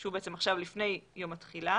שיוגשו עכשיו לפני יום התחילה